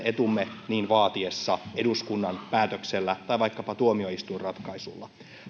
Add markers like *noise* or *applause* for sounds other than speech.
*unintelligible* etumme niin vaatiessa eduskunnan päätöksellä tai vaikkapa tuomioistuinratkaisulla